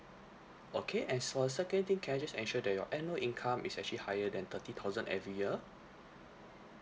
okay and for second thing can I just ensure that your annual income is actually higher than thirty thousand every year